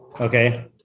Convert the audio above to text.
Okay